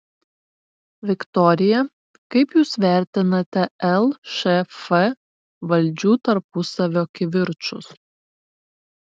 viktorija kaip jūs vertinate lšf valdžių tarpusavio kivirčus